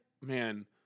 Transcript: man